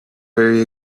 very